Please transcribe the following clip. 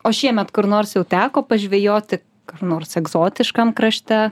o šiemet kur nors jau teko pažvejoti kur nors egzotiškam krašte